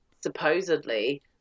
supposedly